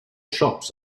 shops